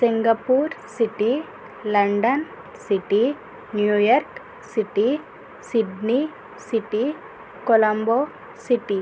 Singapore city Colombo city New York city Sydney city Colombo city